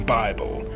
bible